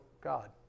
God